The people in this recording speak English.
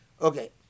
Okay